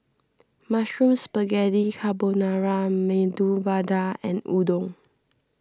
Mushroom Spaghetti Carbonara Medu Vada and Udon